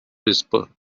whisper